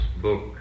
book